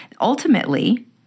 Ultimately